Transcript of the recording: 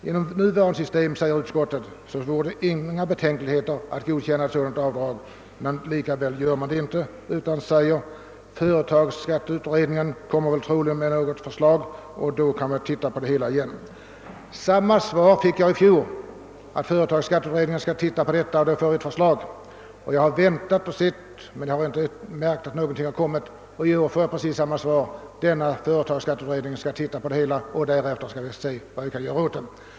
I utskottets utlåtande heter det: »Med nuvarande system för beskattning av realisationsvinster torde det inte inge några allvarligare betänkligheter av principiell natur att införa rätt till avdrag för kostnader för plantering av fruktträd inom den yrkesmässiga fruktodlingen.» Därefter förklarar utskottet att det förutsätter att frågan blir föremål för förnyade överväganden sedan företagsskatteutredningen slutfört sitt utredningsuppdrag. Samma besked fick jag förra året. Jag har väntat och sett men inte märkt att man kommit någon vart.